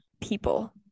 people